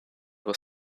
was